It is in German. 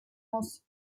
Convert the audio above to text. muss